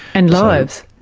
and lives.